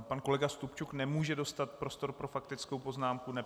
Pan kolega Stupčuk nemůže dostat prostor pro faktickou poznámku, neb...